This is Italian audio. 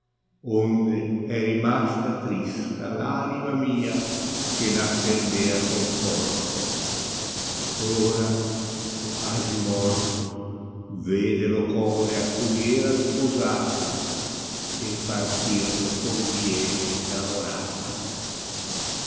onde é rimasa jtrista l anima mia che n attendea conforto ed ora quasi morto tede lo core a cui era sposata e partir le conviene innamorata